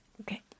Okay